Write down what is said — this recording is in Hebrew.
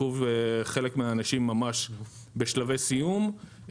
חלק מהאנשים ממש בשלבי סיום,